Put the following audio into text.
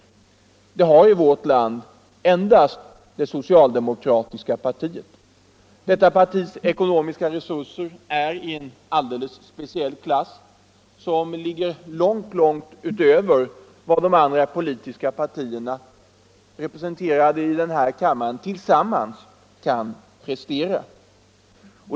Sådana har i vårt land endast det socialdemokratiska partiet. Detta partis ekonomiska resurser står i en alldeles speciell klass, långt över vad de andra politiska partierna, representerade i denna kammare, tillsammans kan prestera.